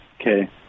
Okay